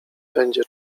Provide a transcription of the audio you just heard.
będzie